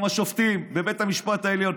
גם השופטים בבית המשפט העליון,